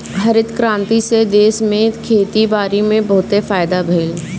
हरित क्रांति से देश में खेती बारी में बहुते फायदा भइल